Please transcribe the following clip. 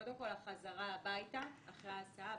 קודם כל, החזרה הביתה אחרי ההסעה.